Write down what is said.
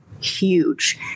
huge